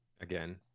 Again